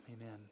Amen